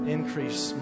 Increase